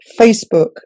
Facebook